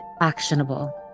actionable